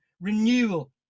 renewal